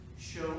show